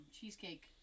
cheesecake